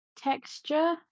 texture